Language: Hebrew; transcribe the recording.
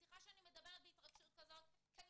סליחה שאני מדברת בהתרגשות כזו כי אני